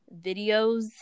videos